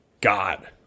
God